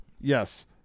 yes